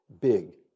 big